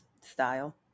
style